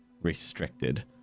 Restricted